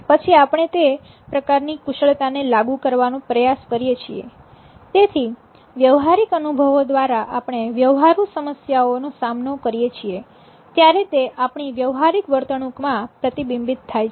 પછી આપણે તે પ્રકારની કુશળતા ને લાગુ કરવાનો પ્રયાસ કરીએ છીએ તેથી વ્યવહારિક અનુભવો દ્વારા આપણે વ્યવહારુ સમસ્યાઓનો સામનો કરીએ છીએ ત્યારે તે આપણી વ્યવહારિક વર્તણુક માં પ્રતિબિંબિત થાય છે